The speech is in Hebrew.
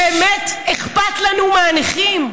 באמת אכפת לנו מהנכים.